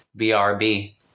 BRB